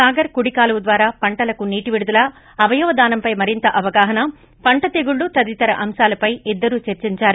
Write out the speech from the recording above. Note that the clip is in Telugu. సాగర్ కుడికాలువ ద్వారా పంటలకు నీటి విడుదల అవయవదానంపై మరింత అవగాహన పంట తెగుళ్ళు తదితర అంశాలపై ఇద్దరూ చర్చించారు